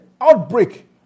outbreak